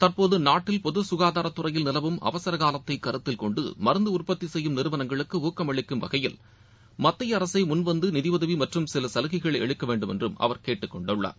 தற்போது நாட்டில் நிலவும் பொது சுகாதாரத் துறையில் நிலவும் அவசர காலத்தை கருத்தில் கொண்டு மருந்து உற்பத்தி செய்யும் நிறுவளங்களுக்கு ஊக்கம் அளிக்கும் வகையில் மத்திய அரசே முன்வந்து நிதியுதவி மற்றும் சில சலுகைகளை அளிக்க வேண்டும் என்று அவர் கேட்டுக்கொண்டுள்ளார்